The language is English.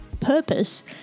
purpose